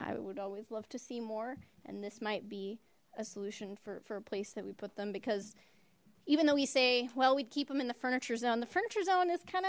i would always love to see more and this might be a solution for a place that we put them because even though we say well we'd keep them in the furnitures on the furniture zone it's kind